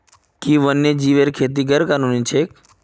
कि वन्यजीवेर खेती गैर कानूनी छेक?